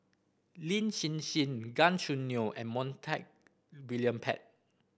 Lin Hsin Hsin Gan Choo Neo and Montague William Pett